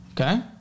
okay